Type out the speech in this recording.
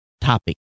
topic